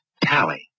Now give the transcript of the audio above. Tally